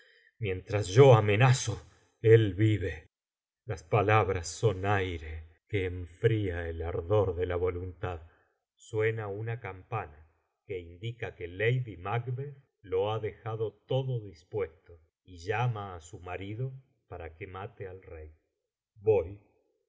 mientras yo amenazo él vive las palabras son aire que enfría el ardor de la voluntad suena una campana que indica que lady macbeth lo ha dejado todo dispuesto y llama á su marido para que mate al rey